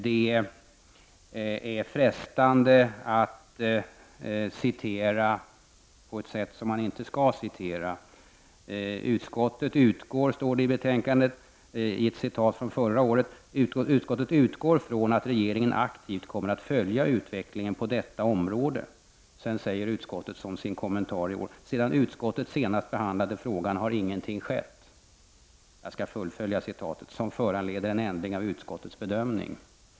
Det är frestande att här citera på ett sätt som man inte skall citera. Det står i ett citat från förra året i betänkandet att utskottet utgår från att regeringen aktivt kommer att följa utvecklingen på detta område. Sedan säger utskottet som sin kommentar i år: Sedan utskottet senast behandlade frågan har ingenting skett som föranleder en ändring av utskottets bedömning.